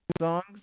songs